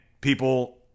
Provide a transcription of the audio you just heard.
people